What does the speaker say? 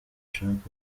trump